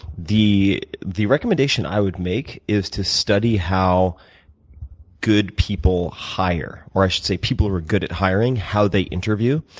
the the recommendation i would make is to study how good people hire, or i should say, people who are good at hiring, how they interview,